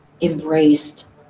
embraced